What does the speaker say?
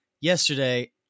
Yesterday